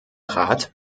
rat